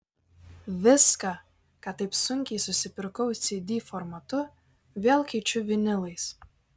viską ką taip sunkiai susipirkau cd formatu vėl keičiu vinilais